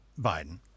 Biden